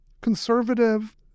Conservative